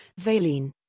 valine